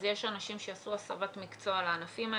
אז יש אנשים שיעשו הסבת מקצוע לענפים האלה.